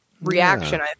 reaction